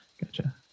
Gotcha